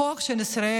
הכוח של ישראל,